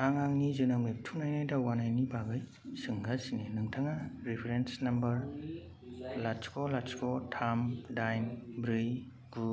आं आंनि जोनोम रेबथुमनायनि दावगानायनि बागै सोंगासिनो नोंथाङा रिफरेन्स नम्बर लाथिख' लाथिख' थाम दाइन ब्रै गु